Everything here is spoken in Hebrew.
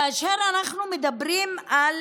כאשר אנחנו מדברים על